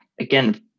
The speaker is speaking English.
again